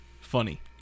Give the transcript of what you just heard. Funny